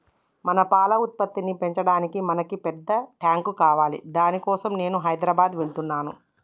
మన పాల ఉత్పత్తిని పెంచటానికి మనకి పెద్ద టాంక్ కావాలి దాని కోసం నేను హైదరాబాద్ వెళ్తున్నాను